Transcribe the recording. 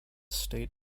state